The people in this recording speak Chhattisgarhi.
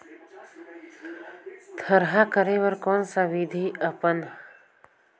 थरहा करे बर कौन सा विधि अपन?